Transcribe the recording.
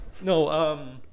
No